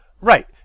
Right